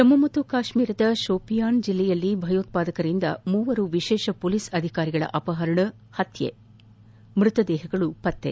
ಜಮ್ಮು ಮತ್ತು ಕಾಶ್ಮೀರದ ಶೋಪಿಯಾನ್ ಜಿಲ್ಲೆಯಲ್ಲಿ ಭಯೋತ್ಸಾದಕರಿಂದ ಮೂವರು ವಿಶೇಷ ಪೊಲೀಸ್ ಅಧಿಕಾರಿಗಳ ಅಪಹರಣ ಹತ್ಯೆ ಮ್ಬತ ದೇಹಗಳು ಪತ್ತೆ